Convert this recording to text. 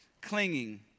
clinging